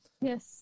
Yes